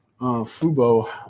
Fubo